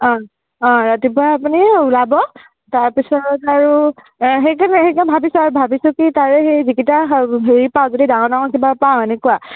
অঁ অঁ ৰাতিপুৱা আপুনি ওলাব তাৰপিছত আৰু সেইকাৰণে সেনেকৈ ভাৱিছোঁ আৰু ভাৱিছোঁ কি তাৰে হেৰি যিকেইটা হেৰি পাওঁ যদি ডাঙৰ ডাঙৰ কিবা পাওঁ এনেকুৱা